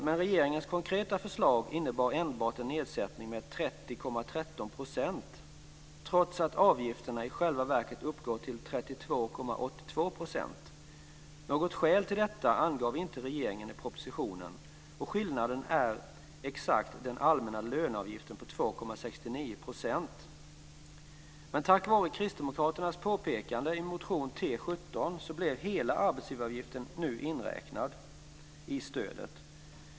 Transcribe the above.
Men regeringens konkreta förslag innebar enbart en nedsättning med 30,13 %, trots att avgifterna i själva verket uppgår till 32,82 %. Något skäl till detta angav regeringen inte i propositionen. Skillnaden är exakt den allmänna löneavgiften på 2,69 %. Tack vare Kristdemokraternas påpekande i motion T17 blev hela arbetsgivaravgiften inräknad i stödet.